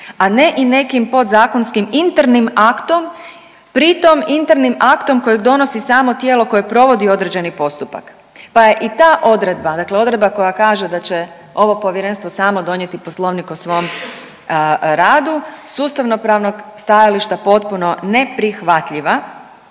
a ne i nekim podzakonskim internim aktom, pritom internim aktom kojeg donosi samo tijelo koje provodi određeni postupak, pa je i ta odredba, dakle odredba koja kaže da će ovo povjerenstvo samo donijeti poslovnik o svom radu, s ustavnopravnog stajališta potpuno neprihvatljiva